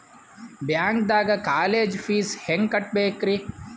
ಬ್ಯಾಂಕ್ದಾಗ college fees ಹೆಂಗ್ ಕಟ್ಟ್ಬೇಕ್ರಿ?